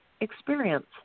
experience